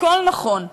הכול נכון.